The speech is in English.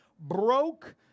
broke